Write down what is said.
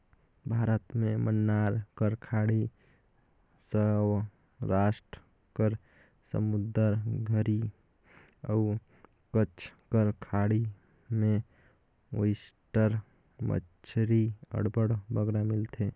भारत में मन्नार कर खाड़ी, सवरास्ट कर समुंदर घरी अउ कच्छ कर खाड़ी में ओइस्टर मछरी अब्बड़ बगरा मिलथे